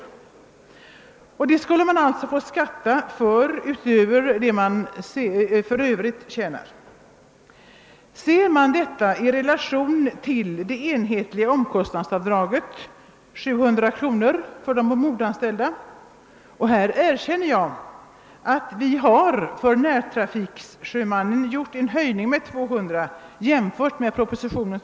Detta belopp skulle man alltså få skatta för utöver det man tjänar i övrigt. Ser man detta i relation till det enhetliga omkostnadsavdraget — 700 kr. för de ombordanställda — måste man om man är aldrig så litet räknekunnig kunna konstatera att det inte blir någon förlust för sjömannen.